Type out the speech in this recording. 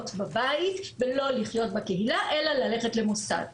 בבית ולא לחיות בקהילה אלא ללכת למוסד.